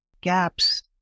gaps